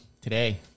Today